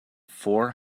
four